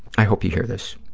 i hope you hear this.